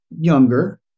younger